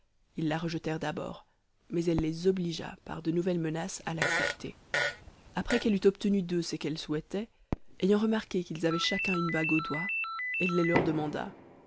ils la rejetèrent d'abord mais elle les obligea par de nouvelles menaces à l'accepter après qu'elle eut obtenu d'eux ce qu'elle souhaitait ayant remarqué qu'ils avaient chacun une bague au doigt elle les leur demanda